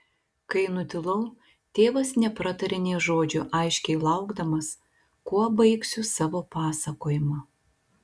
kai nutilau tėvas nepratarė nė žodžio aiškiai laukdamas kuo baigsiu savo pasakojimą